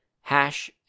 hash